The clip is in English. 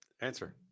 Answer